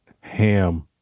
ham